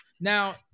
Now